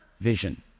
vision